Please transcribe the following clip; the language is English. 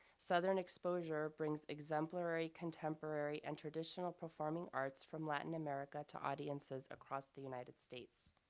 southern exposure brings exemplary contemporary and traditional performing arts from latin america to audiences across the united states.